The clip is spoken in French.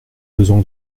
besoin